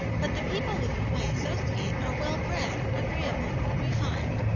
but the people with whom i associate are well bred, agreeable, and refined.